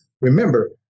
Remember